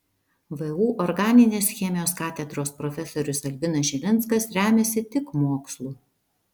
vu organinės chemijos katedros profesorius albinas žilinskas remiasi tik mokslu